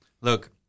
Look